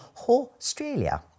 Australia